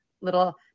little